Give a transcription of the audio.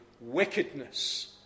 wickedness